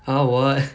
!huh! what